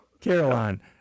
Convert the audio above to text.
Caroline